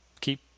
Keep